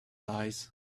lies